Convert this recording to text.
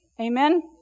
amen